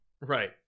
right